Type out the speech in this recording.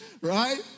Right